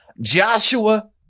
Joshua